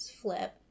flip